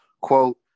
quote